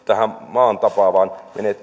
maan tapa vaan vaan